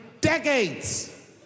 Decades